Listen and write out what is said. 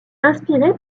inspiré